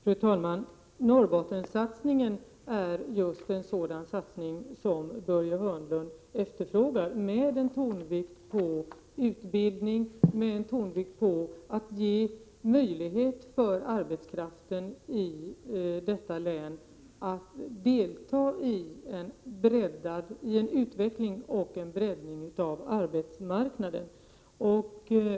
Fru talman! Norrbottenssatsningen är just en sådan satsning som Börje Hörnlund efterfrågar, med tonvikt på utbildning och på att ge arbetskraften i detta län möjlighet att delta i en utveckling och en breddning av arbetsmarknaden.